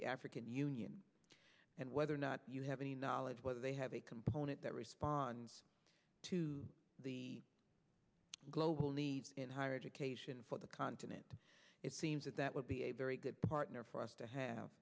the african union and whether or not you have any knowledge whether they have a component that responds to the global needs in higher education for the continent it seems that that would be a very good partner for us to have